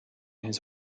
his